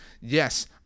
Yes